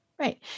Right